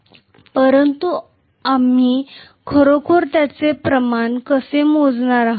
परंतु आम्ही खरोखर त्याचे प्रमाण कसे मोजणार आहोत